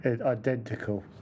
identical